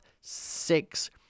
six